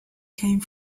came